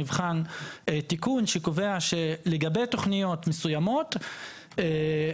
נבחן תיקון שקובע שלגבי תוכניות מסוימות